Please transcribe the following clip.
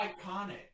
iconic